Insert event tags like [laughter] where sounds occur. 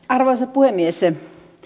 [unintelligible] arvoisa puhemies